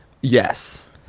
yes